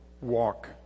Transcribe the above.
walk